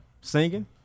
Singing